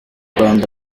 rwanda